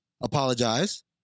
apologize